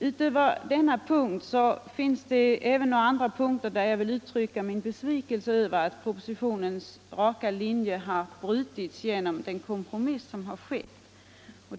Utöver denna punkt finns det några andra punkter där jag vill uttrycka min besvikelse över att propositionens raka linje har brutits genom den kompromiss som har träffats.